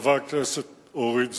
חברת הכנסת אורית זוארץ,